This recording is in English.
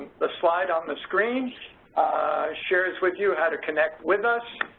the slide on the screen shares with you how to connect with us